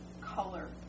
color